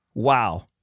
wow